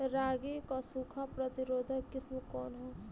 रागी क सूखा प्रतिरोधी किस्म कौन ह?